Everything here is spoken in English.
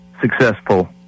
successful